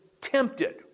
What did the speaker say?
tempted